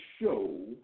show